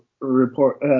report